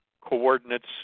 coordinates